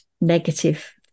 negative